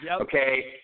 Okay